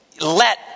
let